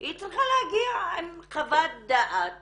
היא צריכה להגיע עם חוות דעת